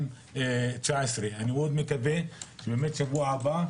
2019. אני מאוד מקווה שבאמת שבוע הבא,